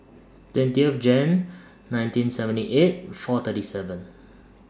twentieth Jane nineteen seventy eight four thirty seven